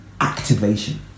activation